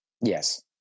Yes